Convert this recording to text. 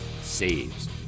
saves